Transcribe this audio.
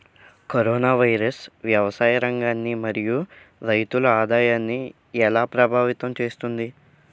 Corona virus వ్యవసాయ రంగాన్ని మరియు రైతుల ఆదాయాన్ని ఎలా ప్రభావితం చేస్తుంది?